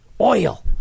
Oil